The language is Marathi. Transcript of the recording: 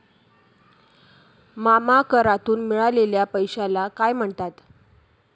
मामा करातून मिळालेल्या पैशाला काय म्हणतात?